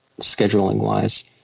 scheduling-wise